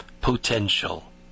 potential